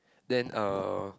then uh